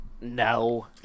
No